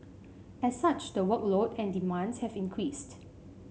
as such the workload and demands have increased